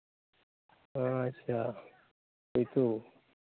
ᱟᱪᱪᱷᱟ